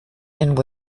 and